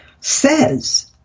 says